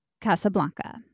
Casablanca